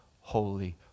holy